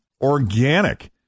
Organic